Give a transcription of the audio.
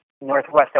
northwest